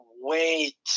wait